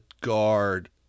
guard